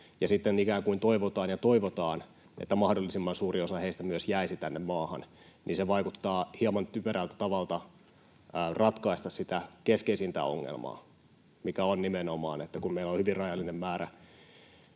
toivotaan ja toivotaan, että mahdollisimman suuri osa heistä myös jäisi tänne maahan. Se vaikuttaa hieman typerältä tavalta ratkaista sitä keskeisintä ongelmaa, mikä on nimenomaan se, että kun meillä on hyvin rajallinen määrä